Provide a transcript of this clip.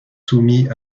soumis